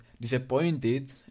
disappointed